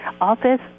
office